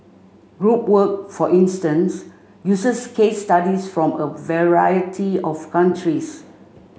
group work for instance uses case studies from a variety of countries